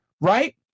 right